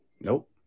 Nope